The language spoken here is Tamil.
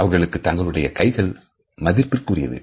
அவர்களுக்கு தங்களுடைய கைகள் மதிப்பிற்குரியது